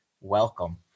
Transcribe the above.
welcome